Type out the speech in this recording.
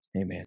Amen